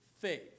faith